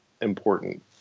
important